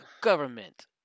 government